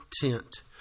tent